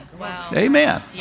Amen